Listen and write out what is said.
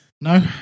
No